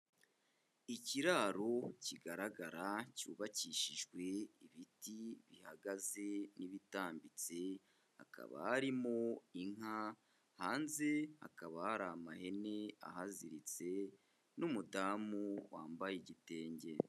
Ikiraro kigaragara, cyubakishijwe ibiti bihagaze n'ibitambitse, hakaba harimo inka, hanze hakaba hari amahene ahaziritse n'umudamu wambaye igitenge.